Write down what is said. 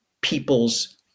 people's